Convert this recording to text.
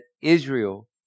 Israel